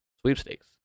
sweepstakes